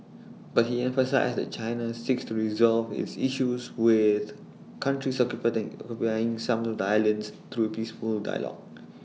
but he emphasised that China seeks to resolve its issues with countries who buying some of the islands through peaceful dialogue